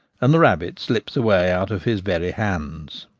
and the rabbit slips away out of his very hands.